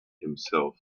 himself